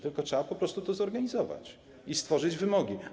Tylko trzeba po prostu to zorganizować i stworzyć wymogi.